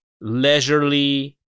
leisurely